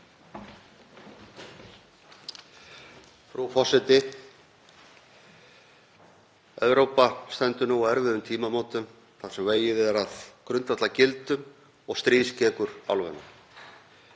Frú forseti. Evrópa stendur nú á erfiðum tímamótum þar sem vegið er að grundvallargildum og stríð skekur álfuna.